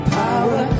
power